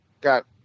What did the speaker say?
got